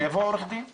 שיבוא עורך דין פיזית.